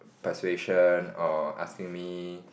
persuasion or asking me